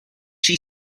she